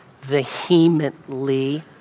vehemently